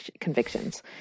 convictions